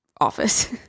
office